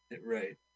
Right